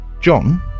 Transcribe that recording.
John